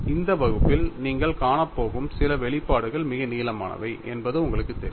இந்த வகுப்பில் நீங்கள் காணப்போகும் சில வெளிப்பாடுகள் மிக நீளமானவை என்பது உங்களுக்குத் தெரியும்